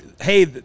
Hey